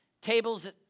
tables